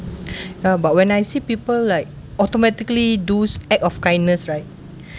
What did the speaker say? ya but when I see people like automatically those act of kindness right